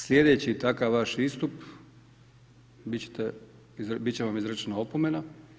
Sljedeći takva vaš istup bit će vam izrečena opomena.